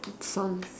songs